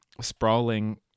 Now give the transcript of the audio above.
sprawling